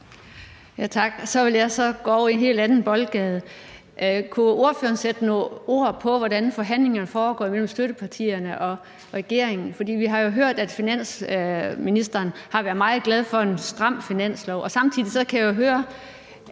Tak. Så vil jeg gå over i en helt anden boldgade. Kunne ordføreren sætte nogle ord på, hvordan forhandlingerne foregår imellem støttepartierne og regeringen? For vi har jo hørt, at finansministeren har været meget glad for en stram finanslov, og samtidig kan jeg høre